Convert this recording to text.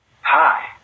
Hi